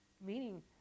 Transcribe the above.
Meaning